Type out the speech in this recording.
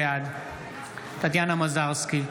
בעד טטיאנה מזרסקי,